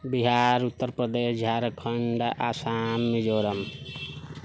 Bihar Uttar Pradesh Jharkhand Assam Mizoram